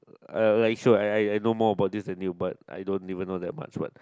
uh like sure I I no more about this at new but I don't even know that much but